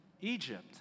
Egypt